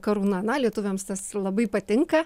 karūna na lietuviams tas labai patinka